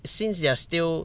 since they are still